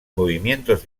movimientos